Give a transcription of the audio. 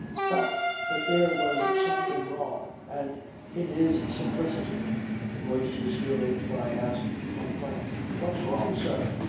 felt that there was something wrong, and in his simplicity voiced his feelings by asking point-blank what's wrong, sir?